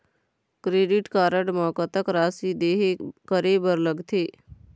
Credit card म कतक राशि देहे करे बर लगथे?